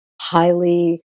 highly